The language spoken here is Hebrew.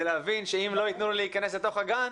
להבין שאם לא ייתנו לו להיכנס לתוך הגן,